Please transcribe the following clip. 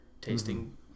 tasting